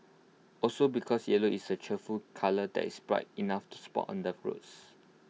also because yellow is A cheerful colour that is bright enough to spot on the roads